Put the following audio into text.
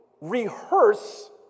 rehearse